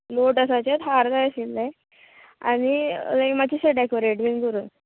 लोटसाचेच हार जाय आशिल्ले आनी लायक अशें मातशें डेकोरेट बीन करून